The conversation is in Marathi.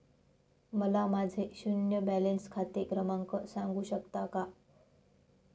मला माझे शून्य बॅलन्स खाते क्रमांक सांगू शकता का?